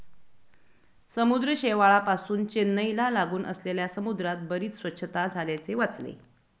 समुद्र शेवाळापासुन चेन्नईला लागून असलेल्या समुद्रात बरीच स्वच्छता झाल्याचे वाचले